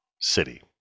city